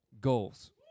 Goals